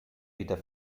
wieder